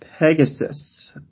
Pegasus